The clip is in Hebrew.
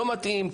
לא מתאים,